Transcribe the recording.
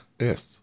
Yes